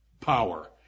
power